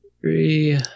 Three